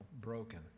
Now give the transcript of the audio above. broken